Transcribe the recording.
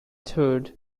third